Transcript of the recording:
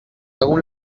egun